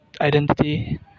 identity